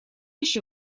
ещё